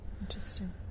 Interesting